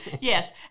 Yes